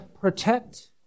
protect